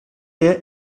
der